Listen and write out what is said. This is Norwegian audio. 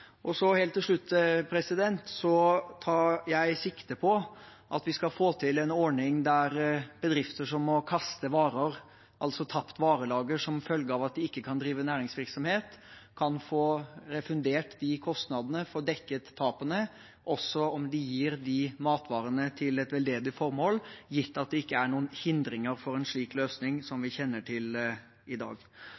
Til slutt: Jeg tar sikte på at vi skal få til en ordning der bedrifter som må kaste varer, altså tapt varelager som følge av at de ikke kan drive næringsvirksomhet, kan få refundert de kostnadene og få dekket tapene også om de gir matvarene til et veldedig formål, gitt at det ikke er noen hindringer for en slik løsning som